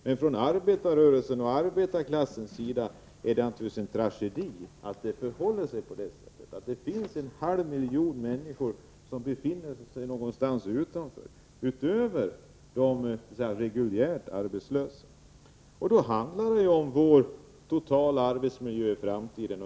Men för arbetarrörelsen och arbetarklassen är det naturligtvis en tragedi att det finns en halv miljon människor utöver de reguljärt arbetslösa som befinner sig utanför arbetsmarknaden. Då handlar det om vår totala arbetsmiljö i framtiden.